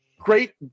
Great